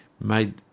made